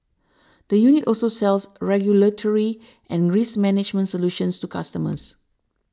the unit also sells regulatory and risk management solutions to customers